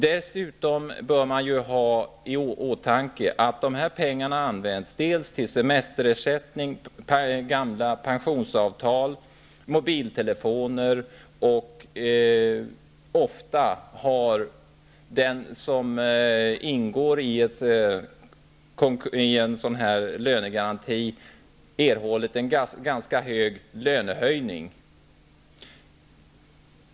Dessutom bör man ha i åtanke att dessa pengar delvis används till semesterersättning, gamla pensionsavtal, mobiltelefoner. Ofta har man i en sådan här lönegaranti erhållit en ganska stor lönehöjning.